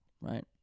right